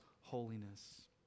holiness